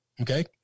Okay